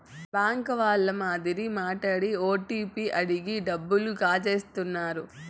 bank వాళ్ళ మాదిరి మాట్లాడి ఓటీపీ అడిగి డబ్బులు కాజేత్తన్నారు